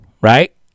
Right